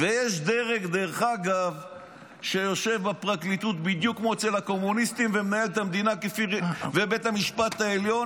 ויש דרג שיושב בפרקליטות ובבית המשפט העליון